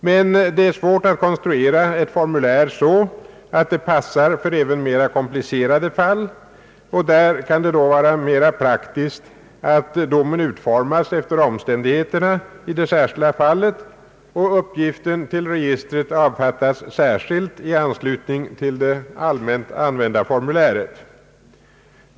Men det är svårt att konstruera ett formulär så, att det passar för även mera komplicerade fall, och då kan det vara mera praktiskt att domen utformas efter omständigheterna i det särskilda fallet och att uppgiften till registret avfattas särskilt i anslutning till det allmänt använda formuläret.